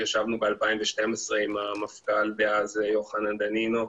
ישבנו ב-2012 עם המפכ"ל דאז יוחנן דנינו,